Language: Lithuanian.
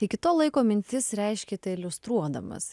iki to laiko mintis reiškė tai iliustruodamas